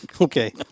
Okay